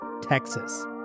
Texas